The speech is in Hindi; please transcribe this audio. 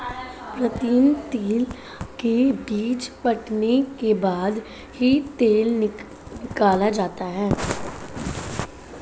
प्रीतम तिल के बीज फटने के बाद ही तेल निकाला जाता है